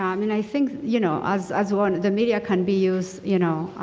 i mean i think you know as as one the media can be used, you know,